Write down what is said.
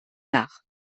nach